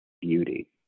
beauty